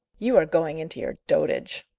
you are going into your dotage,